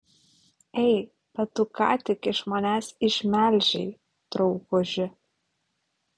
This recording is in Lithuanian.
ei bet tu ką tik iš manęs išmelžei drauguži